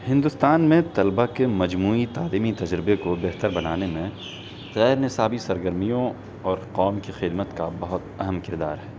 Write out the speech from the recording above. ہندوستان میں طلبہ کے مجموعی تعلیمی تجربے کو بہتر بنانے میں طے نصابی سرگرمیوں اور قوم کی خدمت کا بہت اہم کردار ہے